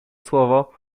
słowo